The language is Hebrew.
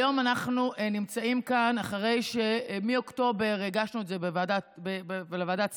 היום אנחנו נמצאים כאן אחרי שבאוקטובר הגשנו את זה לוועדת שרים.